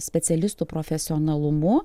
specialistų profesionalumu